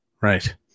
Right